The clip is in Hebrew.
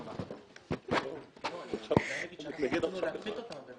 סכסוך עם הלקוח הם יצליחו להוכיח ראיות.